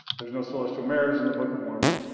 there's no celestial marriage in the book of mormon.